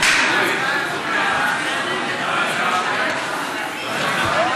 הצעת חוק התקשורת (בזק ושידורים) (תיקון,